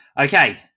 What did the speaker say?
okay